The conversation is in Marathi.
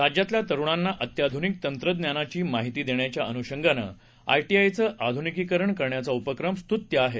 राज्यातल्या तरुणांना अत्याधुनिक तंत्रज्ञानाची माहिती देण्याच्या अनुषंगानं आयटीआयचं आधुनिकीकरण करण्याचा उपक्रम स्तुत्य आहे